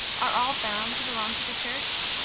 are all bound to belong to the church?